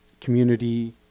community